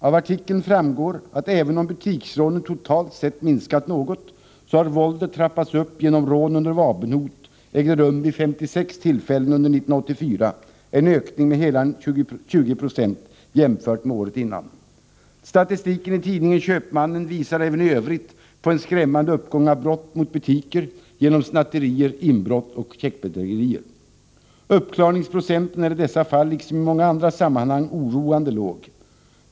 Av artikeln framgår att även om butiksrånen totalt sett minskat något, har våldet trappats upp genom att rån under vapenhot ägde rum vid 56 tillfällen under 1984 — en ökning med hela 20 90 jämfört med året dessförinnan. Statistiken i tidningen Köpmannen visar på en även i övrigt skrämmande uppgång av brott mot butiker genom snatterier, inbrott och checkbedrägerier. Uppklarningsprocenten är i dessa fall liksom i andra sammanhang oroande låg.